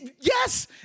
Yes